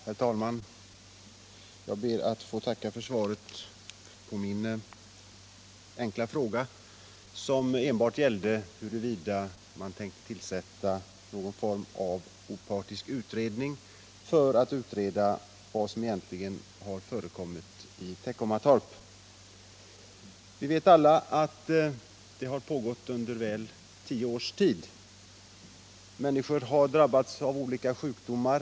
Herr talman! Jag ber att få tacka jordbruksministern för svaret på min fråga, som enbart gällde huruvida man tänkte tillsätta någon form av opartisk utredning i syfte att klargöra vad som egentligen har förekommit i Teckomatorp. Vi känner alla till vad som i det här sammanhanget har pågått i Teckomatorp under drygt tio års tid. Människor har drabbats av olika sjukdomar.